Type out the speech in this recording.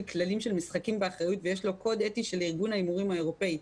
כללי משחקים באחריות ויש לו קוד אתי של ארגון ההימורים האירופאי.